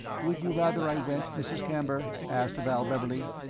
would you rather i went, mrs. camber? asked val beverley.